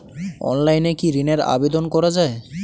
অনলাইনে কি ঋণের আবেদন করা যায়?